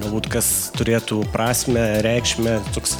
galbūt kas turėtų prasmę reikšmę toks